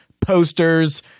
posters